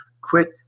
quit